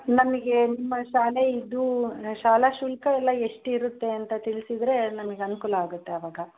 ನಮಗೆ ನಿಮ್ಮ ಶಾಲೆ ಇದು ಶಾಲಾ ಶುಲ್ಕ ಎಲ್ಲ ಎಷ್ಟಿರುತ್ತೆ ಅಂತ ತಿಳ್ಸಿದ್ರೆ ನಮ್ಗೆ ಅನುಕೂಲ ಆಗುತ್ತೆ ಆವಾಗ